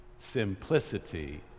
simplicity